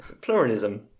pluralism